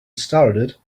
started